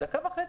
דקה וחצי.